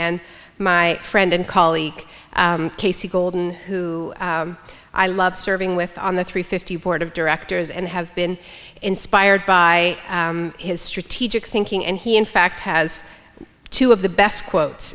and my friend and colleague casey golden who i love serving with on the three fifty board of directors and have been inspired by his strategic thinking and he in fact has two of the best quotes